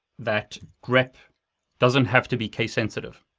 that grep doesn't have to be case-sensitive,